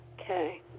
Okay